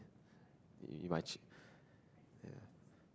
you you might ch~